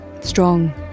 Strong